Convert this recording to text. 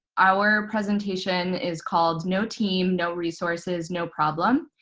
our presentation is called no team, no resources, no problem.